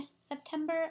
September